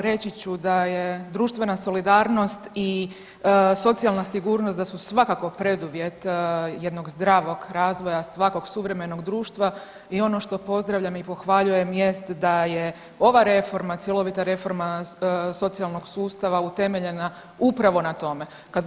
Reći ću da je društvena solidarnost i socijalna sigurnost da su svakako preduvjet jednog zdravog razvoja suvremenog društva i ono što pozdravljam i pohvaljujem jest da je ova reforma, cjelovita reforma socijalnog sustava utemeljena upravo na tome.